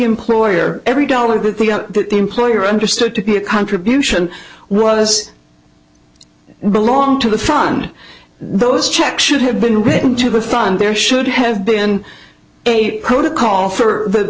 employer every dollar that the employer understood to be a contribution was belong to the fund those checks should have been written to the fund there should have been a protocol for the